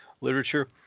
literature